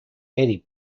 eddie